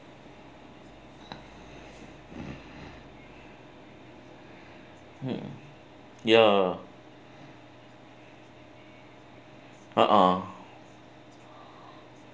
mm ya uh !huh!